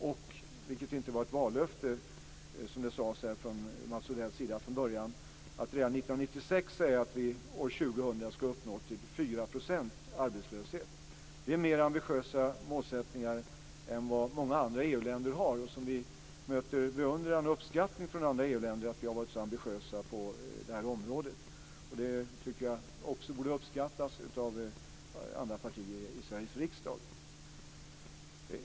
Det var inte ett vallöfte, som Mats Odell sade, att vi redan 1996 sade att vi år 2000 skulle nått ned till en arbetslöshet på 4 %. Detta är mer ambitiösa målsättningar än vad många andra EU-länder har. Vi möter beundran och uppskattning från andra EU-länder för att vi har varit så ambitiösa på det här området. Jag tycker att det också borde uppskattas av andra partier i Sveriges riksdag.